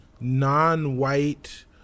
non-white